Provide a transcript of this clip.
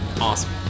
Awesome